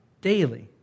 daily